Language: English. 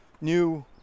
new